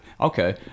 Okay